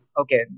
Okay